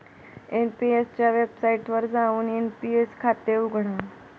NPS च्या वेबसाइटवर जाऊन एन.पी.एस खाते उघडा